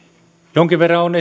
jonkin verran on